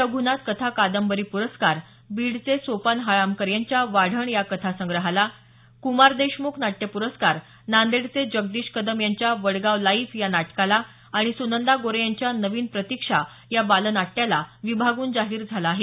रघ्नाथ कथा कादंबरी प्रस्कार बीडचे सोपान हाळमकर यांच्या वाढण या कथासंग्रहाला कुमार देशमुख नाट्य पुरस्कार नांदेडचे जगदीश कदम यांच्या वडगाव लाईव्ह या नाटकाला आणि सुनंदा गोरे यांच्या नवीन प्रतिक्षा या बालनाट्याला विभागुन जाहीर झाला आहे